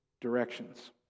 directions